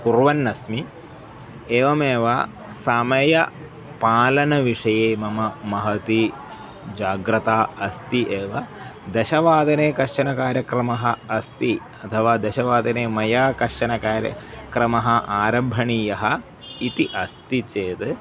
कुर्वन् अस्मि एवमेव समयपालनविषये मम महती जाग्रता अस्ति एव दशवादने कश्चन कार्यक्रमः अस्ति अथवा दशवादने मया कश्चन कार्यक्रमः आरभणीयः इति अस्ति चेद्